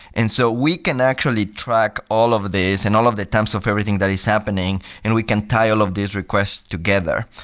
and so we can actually track all of these and all of the attempts of everything that is happening and we can tie all of these requests together.